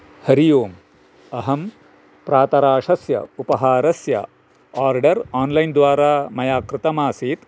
हरि ओं अहं प्रातराशस्य उपहारस्य आर्डर् अन्लैन् द्वारा मया कृतमासीत्